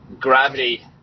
gravity